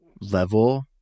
level